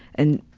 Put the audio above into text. and,